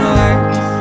lights